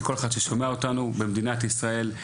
מכל אחד במדינת ישראל,